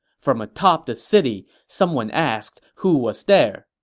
from atop the city, someone asked who was there.